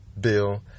bill